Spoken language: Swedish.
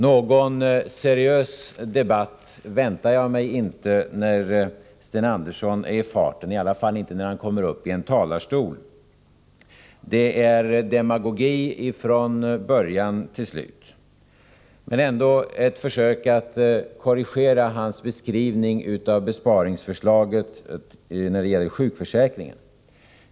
Någon seriös debatt väntar jag mig inte när Sten Andersson är i farten —i varje fall inte när han kommer uppi en talarstol. Det är demagogi från början till slut, men jag skall ändå göra ett försök att korrigera hans beskrivning av besparingsförslaget när det gäller sjukförsäkringen.